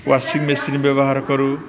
washing machine ବ୍ୟବହାର କରୁ